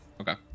okay